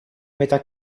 metà